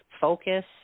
focus